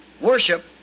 worship